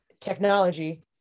technology